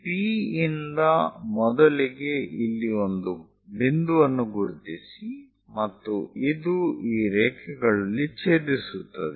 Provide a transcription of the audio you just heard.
P ಇಂದ ಮೊದಲಿಗೆ ಇಲ್ಲಿ ಒಂದು ಬಿಂದುವನ್ನು ಗುರುತಿಸಿ ಮತ್ತು ಇದು ಈ ರೇಖೆಗಳಲ್ಲಿ ಛೇದಿಸುತ್ತದೆ